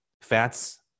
fats